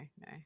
no